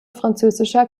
französischer